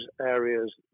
areas